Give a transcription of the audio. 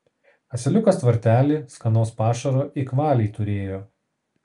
asiliukas tvartely skanaus pašaro ik valiai turėjo